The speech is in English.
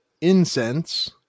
incense